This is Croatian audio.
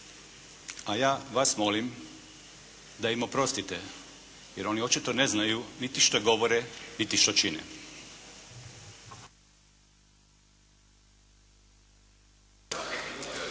A ja vas molim da im oprostite jer oni očito ne znaju niti što govore, niti što čine.